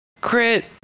Crit